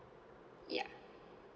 yeah